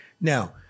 Now